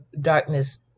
darkness